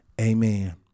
Amen